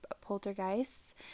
poltergeists